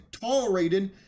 tolerated